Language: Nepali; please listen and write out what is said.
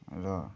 र